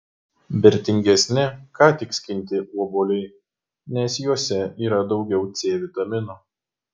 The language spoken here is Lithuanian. vertingesni ką tik skinti obuoliai nes juose yra daugiau c vitamino